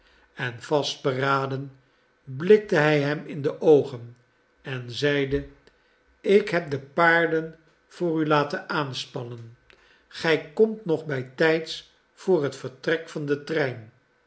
en vastberaden blikte hij hem in de oogen en zeide ik heb de paarden voor u laten aanspannen gij komt nog bij tijds voor het vertrek van den trein